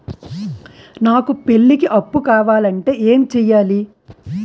నాకు పెళ్లికి అప్పు కావాలంటే ఏం చేయాలి?